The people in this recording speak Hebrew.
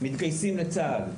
מתגייסים לצה"ל,